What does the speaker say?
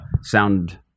sound